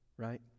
Right